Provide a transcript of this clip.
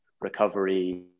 recovery